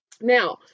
Now